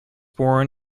born